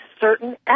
certain